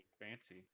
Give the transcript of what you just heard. fancy